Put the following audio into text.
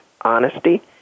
honesty